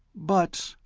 but.